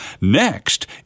Next